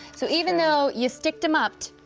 so even though you sticked em up'd.